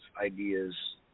ideas